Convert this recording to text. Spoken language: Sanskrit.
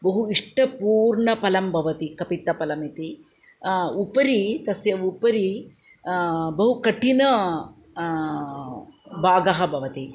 बहु इष्टपूर्णफलं भवति कपित्थफलम् इति उपरी तस्य उपरी बहु कठिनः भागः भवति